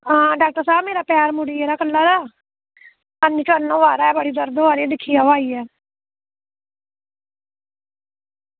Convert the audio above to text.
आं डॉक्टर साहब मेरा पैर मुड़ी गेदा कल्लै दा कम्म निं होआ दा ऐ बड़ी दर्द होआ दी दिक्खी लैओ आइयै